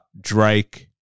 drake